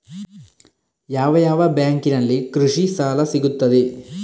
ಯಾವ ಯಾವ ಬ್ಯಾಂಕಿನಲ್ಲಿ ಕೃಷಿ ಸಾಲ ಸಿಗುತ್ತದೆ?